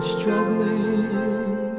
Struggling